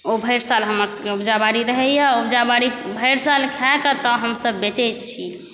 ओ भरि साल हमरसबके उपजा बाड़ी रहैए उपजा बाड़ी भरि साल खाकऽ तऽ हमसब बेचै छी